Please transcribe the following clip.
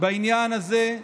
בעניין הזה,